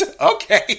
Okay